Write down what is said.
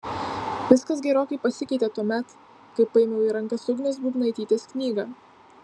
viskas gerokai pasikeitė tuomet kai paėmiau į rankas ugnės būbnaitytės knygą